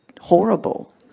horrible